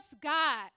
God